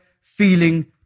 feeling